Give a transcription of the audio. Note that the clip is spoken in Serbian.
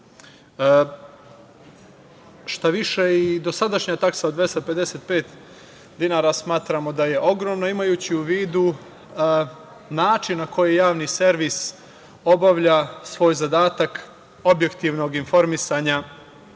Šta više i dosadašnja taksa od 255 dinara smatramo da je ogromna, imajući u vidu da je način na koji javni servis obavlja svoj zadatak objektivnog informisanja